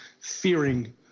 fearing